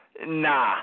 Nah